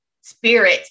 Spirit